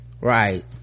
right